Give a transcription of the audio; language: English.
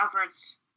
efforts